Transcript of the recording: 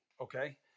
okay